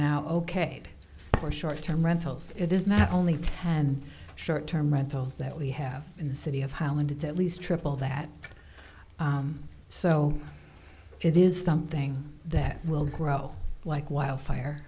now ok for short term rentals it is not only ten short term rentals that we have in the city of highland it's at least triple that so it is something that will grow like wildfire